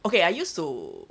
okay I used to